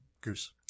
goose